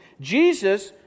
Jesus